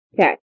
Okay